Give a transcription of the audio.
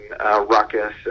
ruckus